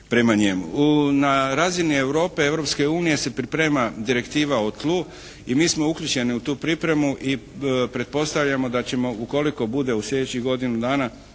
prema njemu. Na razini Europe, Europske unije se priprema direktiva o tlu i mi smo uključeni u tu pripremu i pretpostavljamo da ćemo ukoliko bude u sljedećih godinu dana